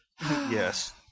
Yes